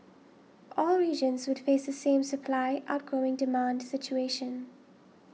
all regions would face the same supply outgrowing demand situation